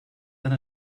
tant